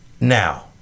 Now